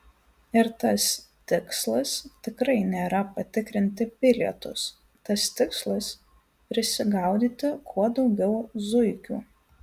ir tas tikslas tikrai nėra patikrinti bilietus tas tikslas prisigaudyti kuo daugiau zuikių